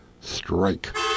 Strike